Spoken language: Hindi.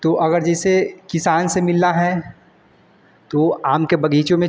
तो अगर जैसे किसान से मिलना है तो आम के बग़ीचों में